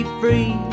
free